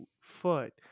foot